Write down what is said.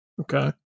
Okay